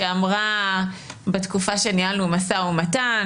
בתקופה שניהלנו משא ומתן,